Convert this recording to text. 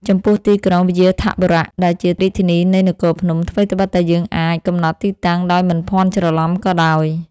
ចំពោះទីក្រុង វ្យាធបុរៈ ដែលជារាជធានីនៃ នគរភ្នំ ថ្វីត្បិតតែយើងអាច កំណត់ទីតាំងដោយមិនភ័ន្តច្រឡំក៏ដោយ។